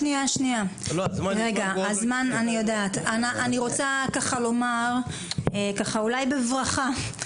אני רוצה לומר, אולי בברכה,